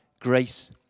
grace